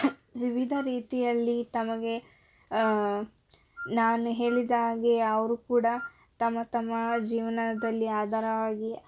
ವಿವಿಧ ರೀತಿಯಲ್ಲಿ ತಮಗೆ ನಾನು ಹೇಳಿದ ಹಾಗೆ ಅವರು ಕೂಡ ತಮ್ಮ ತಮ್ಮ ಜೀವನದಲ್ಲಿ ಆಧಾರವಾಗಿ